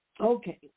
Okay